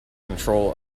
control